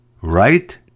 right